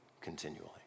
continually